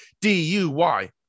D-U-Y